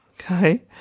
Okay